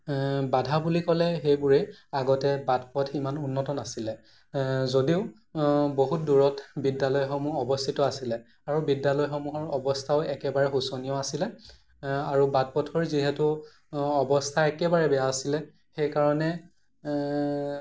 বাধা বুলি ক'লে সেইবোৰেই আগতে বাট পথ ইমান উন্নত নাছিলে যদিও বহুত দূৰত বিদ্যালয়সমূহ অৱস্থিত আছিলে আৰু বিদ্যালয়সমূহৰ অৱস্থাও একেবাৰে শোচনীয় আছিলে আৰু বাট পথৰ যিহেতু অৱস্থা একেবাৰে বেয়া আছিলে সেইকাৰণে